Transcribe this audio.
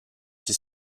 qui